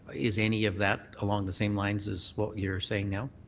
is any of that along the same lines as what you're saying now?